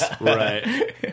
right